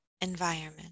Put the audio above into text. environment